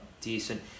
decent